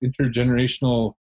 intergenerational